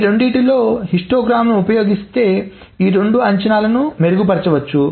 ఈ రెండింటిలో హిస్టోగ్రామ్లను ఉపయోగిస్తే ఈ రెండు అంచనాలను మెరుగుపరచవచ్చు